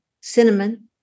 cinnamon